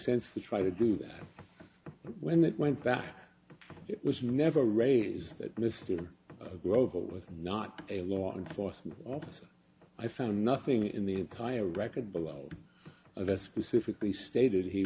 sense to try to do that when it went bad it was never a raise that mr grover was not a law enforcement officer i found nothing in the entire record below of a specifically stated he